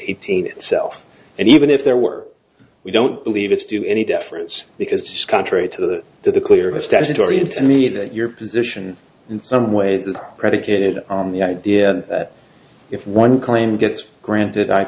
eighteen itself and even if there were we don't believe it's due any deference because contrary to the to the clear the statutory is to me that your position in some ways is predicated on the idea that if one claim gets granted i